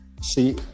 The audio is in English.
see